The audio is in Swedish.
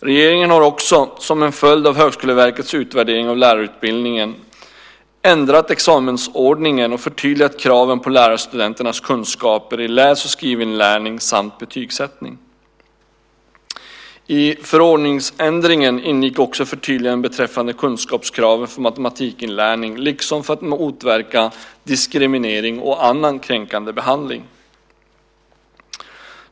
Regeringen har också, som en följd av Högskoleverkets utvärdering av lärarutbildningen, ändrat examensordningen och förtydligat kraven på lärarstudenternas kunskaper i läs och skrivinlärning samt betygssättning. I förordningsändringen ingick också förtydliganden beträffande kunskapskraven för matematikinlärning liksom för att motverka diskriminering och annan kränkande behandling.